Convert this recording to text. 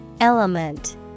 Element